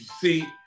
See